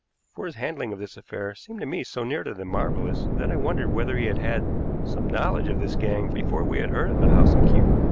for his handling of this affair seemed to me so near to the marvelous that i wondered whether he had had some knowledge of this gang before we had heard of the house in kew.